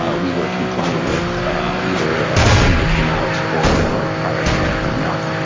ah we were compliant with either when they came out, or prior to them coming out.